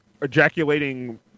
ejaculating